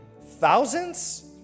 thousands